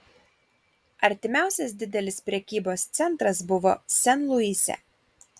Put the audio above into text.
artimiausias didelis prekybos centras buvo sen luise